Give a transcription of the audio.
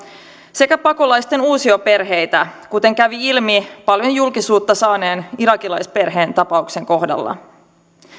sekä pakolaisten uusioperheitä kuten kävi ilmi paljon julkisuutta saaneen irakilaisperheen tapauksen kohdalla